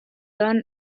dawn